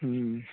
ହୁଁ